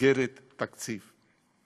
מסגרת תקציב.